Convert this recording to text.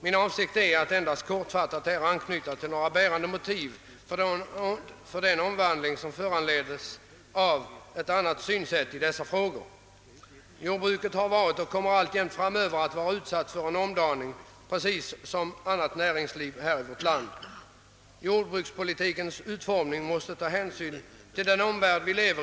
Min avsikt är att helt kortfattat kommentera några av de bärande motiven för den omvandling som föranleds av ett nytt synsätt på dessa frågor. Jordbruket har varit utsatt för och kommer även framöver liksom andra delar av vårt näringsliv att vara utsatt för en omdaning. När vi utformar jordbrukspolitiken måste vi ta hänsyn till vår omvärld.